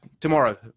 tomorrow